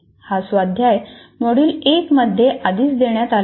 हा स्वाध्याय मॉड्यूल 1 मध्ये आधीच देण्यात आला होता